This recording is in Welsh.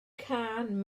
cân